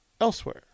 elsewhere